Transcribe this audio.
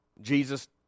Jesus